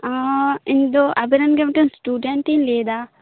ᱟᱸᱻ ᱤᱧᱫᱚ ᱟᱵᱮᱱ ᱨᱮᱱᱜᱮ ᱢᱤᱫᱴᱮᱱ ᱥᱴᱩᱰᱮᱱᱴ ᱤᱧ ᱞᱟᱹᱭ ᱮᱫᱟ